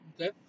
Okay